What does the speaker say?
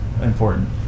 important